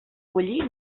bullir